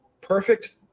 perfect